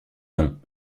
non